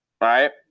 Right